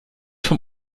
vom